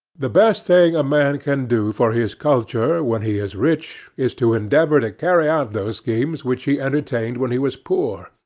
the best thing a man can do for his culture when he is rich is to endeavor to carry out those schemes which he entertained when he was poor.